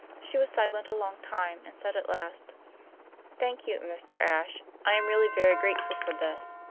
she was silent a long time, and said at last thank you, mr. ashe, i am really very grateful for this.